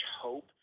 hope